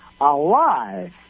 alive